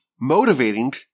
motivating